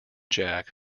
jack